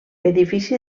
edifici